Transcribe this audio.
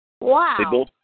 Wow